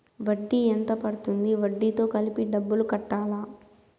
వడ్డీ ఎంత పడ్తుంది? వడ్డీ తో కలిపి డబ్బులు కట్టాలా?